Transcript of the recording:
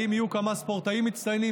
האם יהיו כמה ספורטאים מצטיינים?